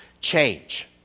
Change